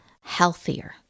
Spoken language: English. healthier